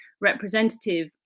representative